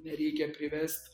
nereikia privest